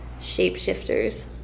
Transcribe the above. shapeshifters